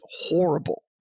horrible